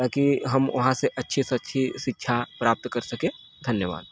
ताकि हम वहाँ से अच्छे से अच्छी सिक्षा प्राप्त कर सकें धन्यवाद